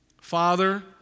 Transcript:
Father